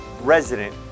resident